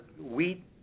wheat